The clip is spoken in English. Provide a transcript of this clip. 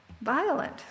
violent